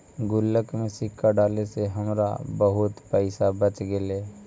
गुल्लक में सिक्का डाले से हमरा बहुत पइसा बच गेले